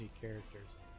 characters